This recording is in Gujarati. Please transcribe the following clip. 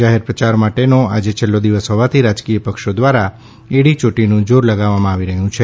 જાહેર પ્રચાર માટેનો આજે છેલ્લો દિવસ હોવાથી રાજકીય પક્ષો દ્વારા એડી યોટીનું જોર લગાવવામાં આવી રહ્યું છે